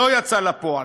לא יצא לפועל.